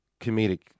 comedic